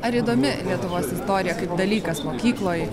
ar įdomi lietuvos istorija kaip dalykas mokykloj